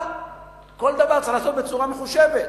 אבל כל דבר צריך לעשות בצורה מחושבת.